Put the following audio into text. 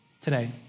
today